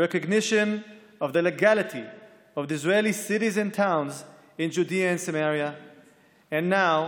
ההכרה בחוקיות היישובים הישראליים ביהודה ושומרון ועתה,